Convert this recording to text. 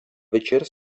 večer